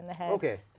Okay